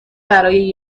برای